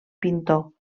pintor